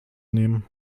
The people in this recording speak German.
nehmen